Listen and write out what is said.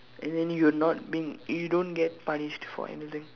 and then you not been you don't get punish for anything